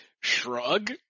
shrug